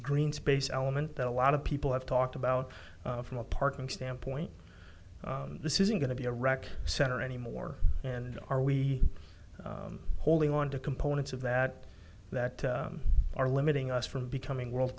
green space element that a lot of people have talked about from a parking standpoint this isn't going to be a rec center anymore and are we holding on to components of that that are limiting us from becoming world